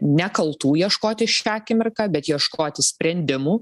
ne kaltų ieškoti šią akimirką bet ieškoti sprendimų